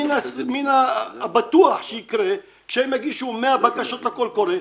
מן הבטוח שיקרה כשהם יגישו 100 בקשות לקול קורא,